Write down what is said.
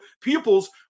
pupils